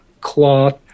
cloth